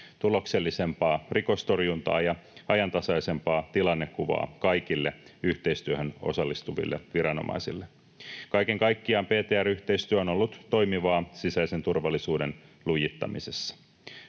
tuloksellisempaa rikostorjuntaa ja ajantasaisempaa tilannekuvaa kaikille yhteistyöhön osallistuville viranomaisille. Kaiken kaikkiaan PTR-yhteistyö on ollut toimivaa sisäisen turvallisuuden lujittamisessa.